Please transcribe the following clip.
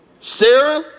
Sarah